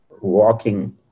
walking